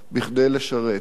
ואני אומר לכם,